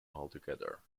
altogether